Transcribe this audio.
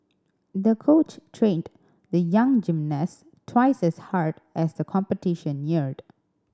the coach trained the young gymnast twice as hard as the competition neared